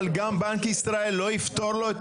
אבל גם בנק ישראל לא יפתור לו את